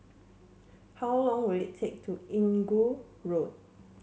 how long will it take to Inggu Road